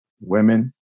women